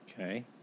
Okay